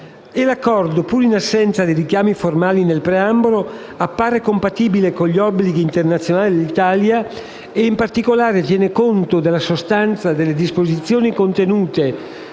L'Accordo, pur in assenza di richiami formali nel preambolo, appare compatibile con gli obblighi internazionali dell'Italia e, in particolare, tiene conto nella sostanza delle disposizioni contenute